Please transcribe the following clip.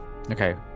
Okay